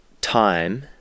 time